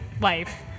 life